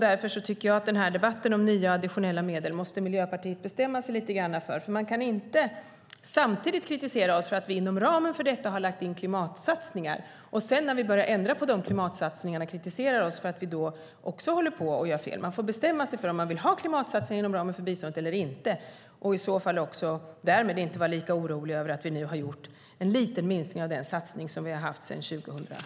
I debatten om nya, additionella medel tycker jag därför att Miljöpartiet måste bestämma sig lite grann. Man kan nämligen inte både kritisera oss för att vi inom ramen för detta har lagt in klimatsatsningar, och sedan, när vi börjar ändra på de klimatsatsningarna, samtidigt kritisera oss för att vi även då gör fel. Man får bestämma sig för om man vill ha klimatsatsning inom ramen för biståndet eller inte, och i så fall inte vara lika oroliga över att vi nu har gjort en liten minskning av den satsning som vi har haft sedan 2008.